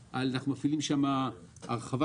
יש לנו עכשיו שיתוף פעולה עם הפריפריה,